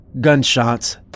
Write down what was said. gunshots